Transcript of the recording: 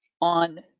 on